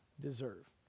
deserve